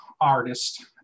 artist